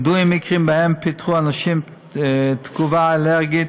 ידועים מקרים שבהם פיתחו אנשים תגובה אלרגית